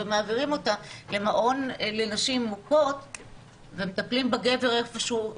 ומעבירים אותה למעון לנשים מוכות ומטפלים בגבר היכן שהוא,